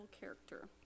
character